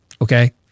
okay